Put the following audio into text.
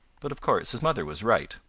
but, of course, his mother was right.